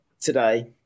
today